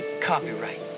Copyright